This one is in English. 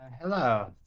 Hello